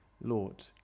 Lord